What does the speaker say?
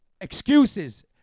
excuses